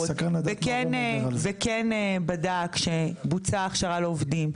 וכן בדק שבוצעה הכשרה לעובדים.